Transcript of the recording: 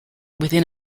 within